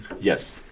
Yes